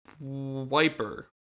Wiper